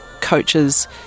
coaches